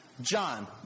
John